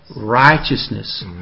righteousness